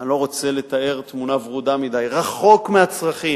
אני לא רוצה לתאר תמונה ורודה מדי, רחוק מהצרכים,